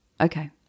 Okay